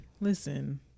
listen